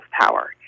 power